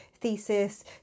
thesis